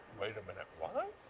wait a minute, what!